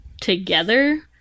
together